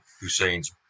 Hussein's